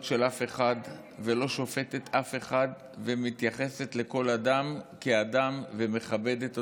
של אף אחד ולא שופטת אף אחד ומתייחסת לכל אדם כאדם ומכבדת אותו.